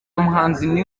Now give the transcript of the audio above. muhanzi